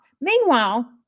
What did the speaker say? Meanwhile